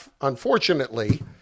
Unfortunately